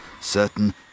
certain